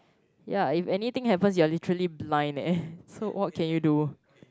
ya if anything happens you are literally blind leh so what can you do